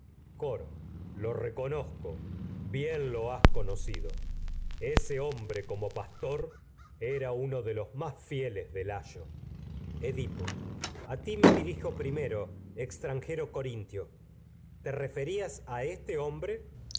coro lo reconozco bien lo has conocido ese hom de los más bre como pastor era a ti me uno fieles de layo edipo dirijo primero extranjero corintio te referias el a este hombre